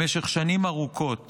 במשך שנים ארוכות